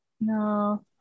No